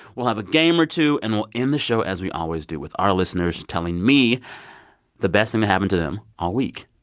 we'll have a game or two. and we'll end the show as we always do with our listeners telling me the best thing to happen to them all week.